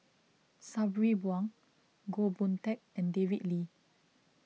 Sabri Buang Goh Boon Teck and David Lee